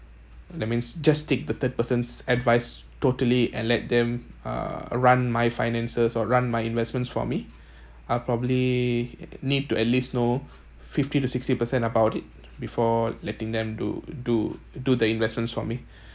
that means just take the third person's advice totally and let them uh run my finances or run my investments for me I'll probably need to at least know fifty to sixty percent about it before letting them do do do the investments for me